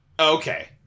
okay